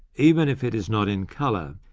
even if it is not in colour,